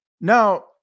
Now